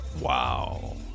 Wow